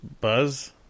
Buzz